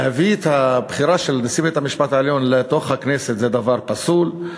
להביא את הבחירה של נשיא בית-המשפט העליון לתוך הכנסת זה דבר פסול,